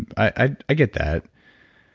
i i get that.